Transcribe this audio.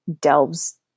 delves